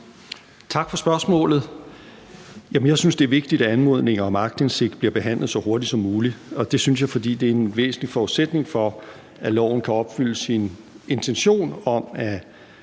Tak for spørgsmålet. Jeg synes, det er vigtigt, at anmodninger om aktindsigt bliver behandlet så hurtigt som muligt, og det synes jeg, fordi det er en væsentlig forudsætning for, at loven kan opfylde sin intention om at